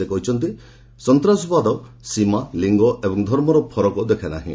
ସେ କହିଛନ୍ତି ସନ୍ତ୍ରାସବାଦ ସୀମା ଲିଙ୍ଗ ଏବଂ ଧର୍ମର ଫରକ ଦେଖେ ନାହିଁ